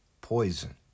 poison